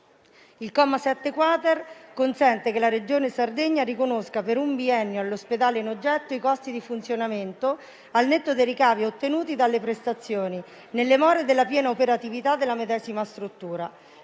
Il comma 7-*quater* consente che la Regione Sardegna riconosca per un biennio all'ospedale in oggetto i costi di funzionamento, al netto dei ricavi ottenuti dalle prestazioni, nelle more della piena operatività della medesima struttura.